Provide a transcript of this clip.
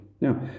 Now